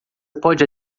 pode